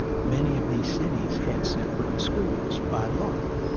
many of these cities had separate schools by law,